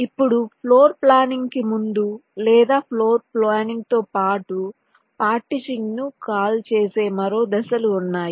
ఇప్పుడు ఫ్లోర్ప్లానింగ్కు ముందు లేదా ఫ్లోర్ప్లానింగ్తో పాటు పార్టీషనింగ్ ను కాల్ చేసే మరో దశలు ఉన్నాయి